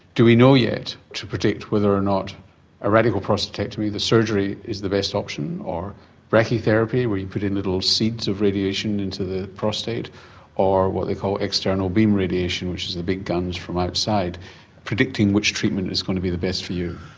do we know yet to predict whether or not a radical prostatectomy, that surgery is the best option? or brachytherapy where you put in little seeds of radiation into the prostate or what they call external beam radiation which is the big guns from outside predicting which treatment is going to be the best for you?